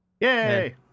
Yay